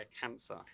cancer